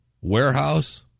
warehouse